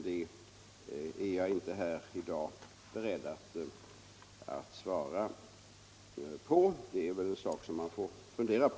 Det är jag inte beredd att i dag svara på — det är väl en sak som man får fundera på.